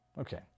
Okay